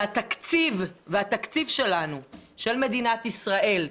התקציב של מדינת ישראל,